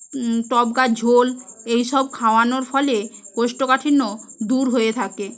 ডবকা ঝোল এইসব খাওয়ানোর ফলে কোষ্ঠকাঠিন্য দূর হয়ে থাকে